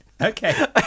Okay